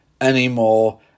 anymore